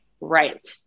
right